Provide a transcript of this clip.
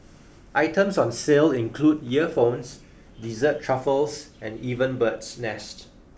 items on sale include earphones dessert truffles and even bird's nest